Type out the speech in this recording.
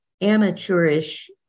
amateurish